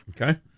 Okay